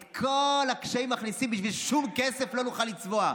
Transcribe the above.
את כל הקשיים מכניסים בשביל ששום כסף לא נוכל לצבוע.